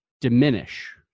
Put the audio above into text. diminish